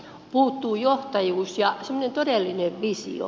puuttuu johtajuus ja semmoinen todellinen visio